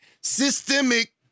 systemic